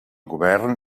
govern